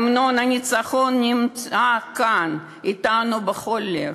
המנון הניצחון נמצא כאן אתנו בכל לב.